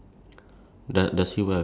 what colour is this